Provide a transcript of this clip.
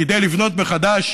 כדי לבנות מחדש